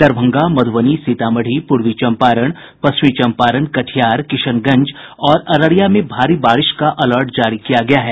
दरभंगा मधुबनी सीतामढ़ी पूर्वी चंपारण पश्चिम चम्पारण कटिहार किशनगंज और अररिया में भारी बारिश का अलर्ट जारी किया गया है